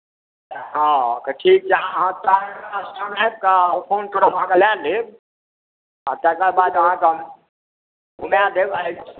हँ तऽ ठीक छै अहाँ तारा स्थान आबि कऽ फोन करब हम अहाँकेँ लए लेब आ तकर बाद अहाँकेँ हम घुमाए देब आइ